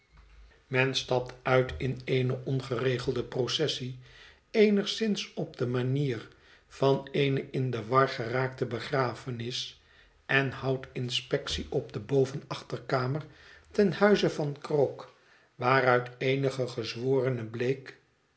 men stapt uit in eene ongeregelde processie eenigszins op de manier van eene in de war geraakte begrafenis en houdt inspectie op de bovenachterkamer ten huize van krook waaruit eenige gezworenen bleek